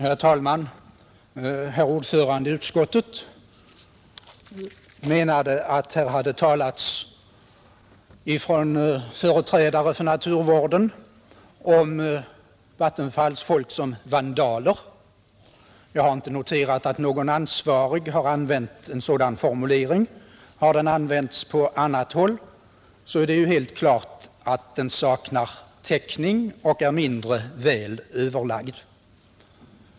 Herr talman! Herr ordföranden i utskottet sade att företrädare för naturvården talat om Vattenfalls folk som vandaler. Jag har inte noterat att någon ansvarig har använt en sådan formulering. Har den använts på annat håll, så är det ju helt klart att den saknar täckning och är mindre väl överlagd.